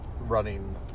running